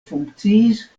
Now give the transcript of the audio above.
funkciis